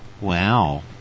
Wow